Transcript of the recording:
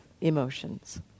emotions